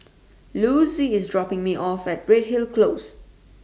Louise IS dropping Me off At Redhill Close